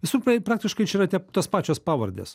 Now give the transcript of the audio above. visų pra praktiškai čia yra tie tos pačios pavardės